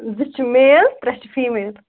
زٕ چھِ میل ترٛےٚ چھِ فیٖمیل